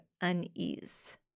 unease